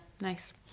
nice